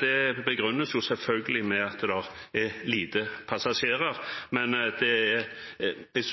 Det begrunnes selvfølgelig med at det er få passasjerer, men jeg